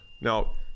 Now